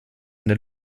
eine